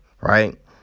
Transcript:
right